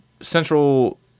central